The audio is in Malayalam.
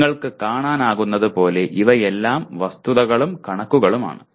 നിങ്ങൾക്ക് കാണാനാകുന്നതുപോലെ ഇവയെല്ലാം വസ്തുതകളും കണക്കുകളും ആണ്